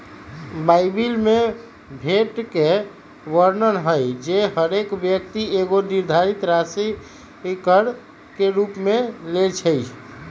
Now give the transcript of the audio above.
Bible में भोट के वर्णन हइ जे हरेक व्यक्ति एगो निर्धारित राशि कर के रूप में लेँइ छइ